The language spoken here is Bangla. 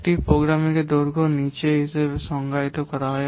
একটি প্রোগ্রামের দৈর্ঘ্য নীচে হিসাবে সংজ্ঞায়িত করা হয়